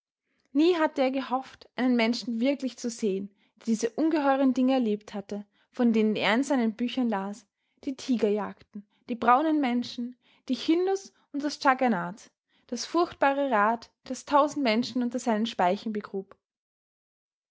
nie hatte er gehofft einen menschen wirklich zu sehen der diese ungeheuren dinge erlebt hatte von denen er in seinen büchern las die tigerjagden die braunen menschen die hindus und das dschaggernat das furchtbare rad das tausend menschen unter seinen speichen begrub